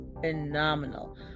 phenomenal